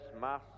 Mass